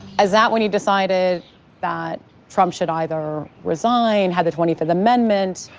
is that when you decided that trump should either resign, have the twenty fifth amendment?